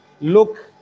look